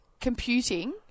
computing